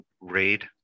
read